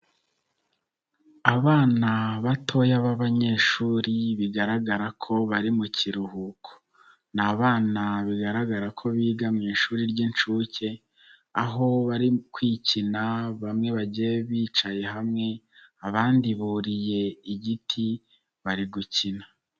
Abana batoya b'abanyeshuri bigaragara ko bari mu kiruhuko, ni abana bigaragara ko biga mu ishuri ry'inshuke, aho bari kwikina bamwe bagiye bicaye hamwe, abandi buriye igiti, bari gukina.